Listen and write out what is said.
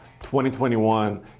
2021